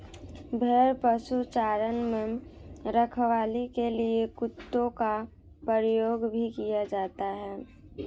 भेड़ पशुचारण में रखवाली के लिए कुत्तों का प्रयोग भी किया जाता है